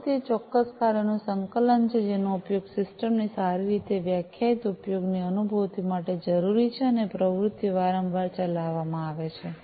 પ્રવૃત્તિ એ ચોક્કસ કાર્યોનું સંકલન છે જેનો ઉપયોગ સિસ્ટમ ની સારી રીતે વ્યાખ્યાયિત ઉપયોગની અનુભૂતિ માટે જરૂરી છે અને પ્રવૃત્તિઓ વારંવાર ચલાવવામાં આવે છે